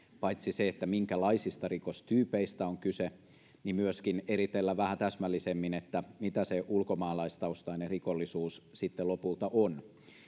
paitsi lukea minkälaisista rikostyypeistä on kyse myöskin eritellä vähän täsmällisemmin mitä se ulkomaalaistaustainen rikollisuus sitten lopulta on